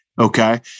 Okay